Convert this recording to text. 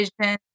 vision